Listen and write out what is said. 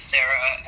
Sarah